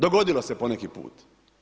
Dogodilo se poneki put.